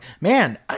man